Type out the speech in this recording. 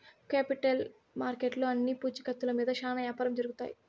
capital మార్కెట్లో అన్ని పూచీకత్తుల మీద శ్యానా యాపారం జరుగుతాయి